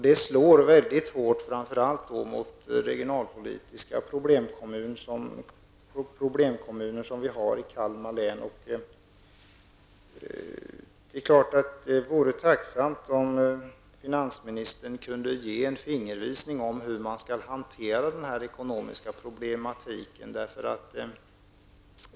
Det slår mycket hårt framför allt mot de kommuner med regionalpolitiska problem som finns i Kalmar län. Det vore självfallet tacksamt om finansministern kunde ge en fingervisning om hur man skall hantera dessa ekonomiska problem.